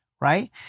right